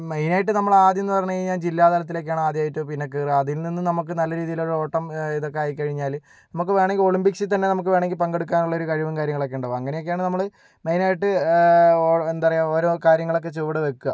മെയിനായിട്ട് നമ്മൾ ആദ്യം എന്ന് പറഞ്ഞ് കഴിഞ്ഞാൽ ജില്ലാ തലത്തിലൊക്കേണ് ആദ്യായിട്ട് പിന്നെ കയറാം അതിൽ നിന്ന് നമുക്ക് നല്ല രീതിയിലുള്ള ഓട്ടം ഇതൊക്കെ ആയിക്കഴിഞ്ഞാല് നമുക്ക് വേണമെങ്കിൽ ഒളിമ്പിക്സിൽ തന്നെ നമുക്ക് വേണമെങ്കിൽ പങ്കെടുക്കാനുള്ള ഒരു കഴിവും കാര്യങ്ങളൊക്കെ ഉണ്ടാവും അങ്ങനെയൊക്കെയാണ് നമ്മള് മെയിനായിട്ട് എന്താ പറയുക ഓരോ കാര്യങ്ങളൊക്കെ ചുവട് വയ്ക്കാം